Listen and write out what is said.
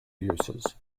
uses